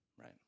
right